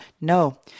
no